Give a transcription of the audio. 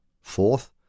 Fourth